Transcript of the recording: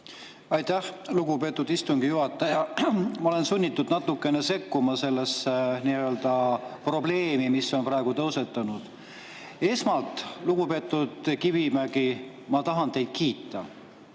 Aitäh, lugupeetud istungi juhataja! Ma olen sunnitud natukene sekkuma sellesse nii-öelda probleemi, mis on praegu tõusetunud. Esmalt, lugupeetud Kivimägi, ma tahan teid kiita.